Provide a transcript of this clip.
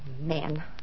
man